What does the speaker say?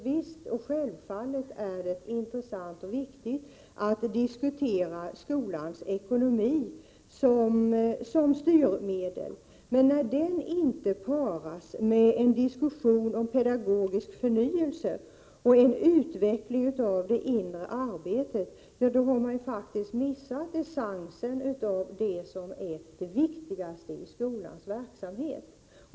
Det är självfallet intressant och viktigt att diskutera skolans ekonomi som styrmedel. När denna diskussion emellertid inte paras med en diskussion om pedagogisk förnyelse och utveckling av det inre arbetet, har man faktiskt missat det essentiella, det viktigaste i skolans verksamhet.